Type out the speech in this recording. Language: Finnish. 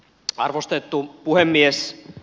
arvostettu puhemies